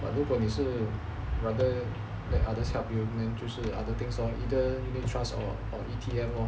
but 如果你是 rather that others help you then 就是 other things lor either unit trusts or E_T_F lor